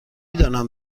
دانم